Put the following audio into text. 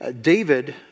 David